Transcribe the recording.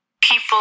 People